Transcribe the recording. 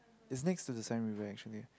it's next to the Sine-River actually